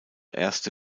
erste